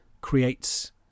creates